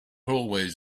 always